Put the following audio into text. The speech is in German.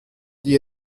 die